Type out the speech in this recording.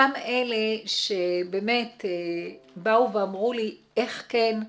אותם אלה שבאמת באו ואמרו לי, איך כן?